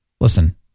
listen